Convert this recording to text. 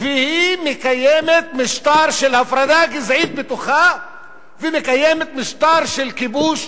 והיא מקיימת משטר של הפרדה גזעית בתוכה ומקיימת משטר של כיבוש